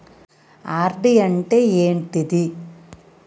RD అంటే ఏంటిది?